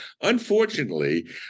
unfortunately